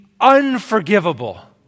unforgivable